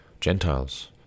Gentiles